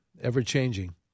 Ever-changing